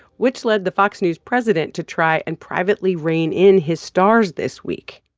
which led the fox news president to try and privately reign in his stars this week.